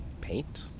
paint